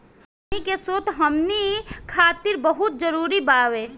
पानी के स्रोत हमनी खातीर बहुत जरूरी बावे